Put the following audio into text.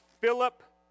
Philip